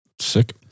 sick